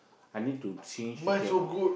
I need to change the camera